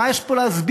מה יש פה להסביר,